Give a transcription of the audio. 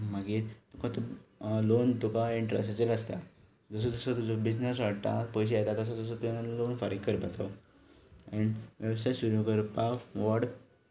मागीर तुका लोन तुका इंटरेस्टाचेर आसता जसो जसो तुजो बिजनेस वाडता पयशे येता तशे तसो तसो लोन फारीक करपाचो आनी वेवसाय सुरू करपाक व्हड